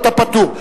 אתה פטור,